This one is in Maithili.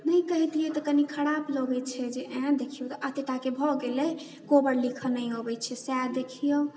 नहि कहतिऐ तऽ कनी खराब लगैत छै जे आए देखिऔ एते टाके भए गेलैए कोबर लिखऽ नहि अबैत छै सएह देखिऔ